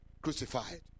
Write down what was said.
crucified